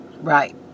Right